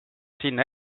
sinna